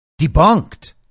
debunked